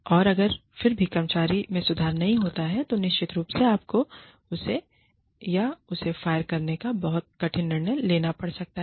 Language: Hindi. और अगर फिर भी कर्मचारी में सुधार नहीं होता है तो निश्चित रूप से आपको उसे या उसे फायर करने का बहुत कठिन निर्णय लेना पड़ सकता है